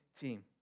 team